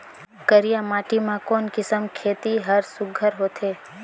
करिया माटी मा कोन किसम खेती हर सुघ्घर होथे?